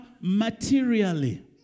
materially